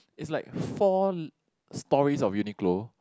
is like four storeys of Uniqlo